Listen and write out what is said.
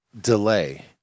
delay